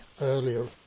earlier